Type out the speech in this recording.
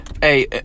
Hey